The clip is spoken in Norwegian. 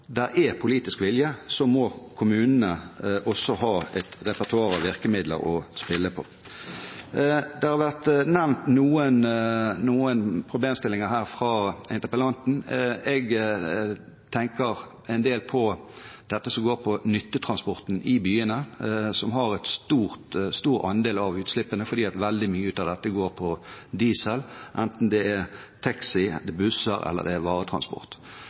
det er politisk vilje, må kommunene ha et repertoar av virkemidler å spille på. Det har vært nevnt noen problemstillinger her fra interpellanten. Jeg tenker en del på nyttetransporten i byene, som har en stor andel av utslippene fordi veldig mye av dette går på diesel, enten det er taxier, busser eller varetransport. Det vi har sett i Bergen, er